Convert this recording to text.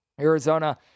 Arizona